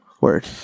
Word